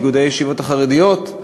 איגודי הישיבות החרדיות.